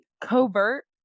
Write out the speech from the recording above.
covert